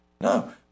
No